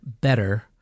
better